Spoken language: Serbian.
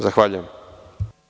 Zahvaljujem.